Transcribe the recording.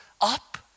up